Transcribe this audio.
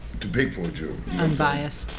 to pick for a jury. unbiased?